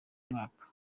mwaka